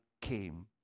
came